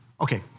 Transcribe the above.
Okay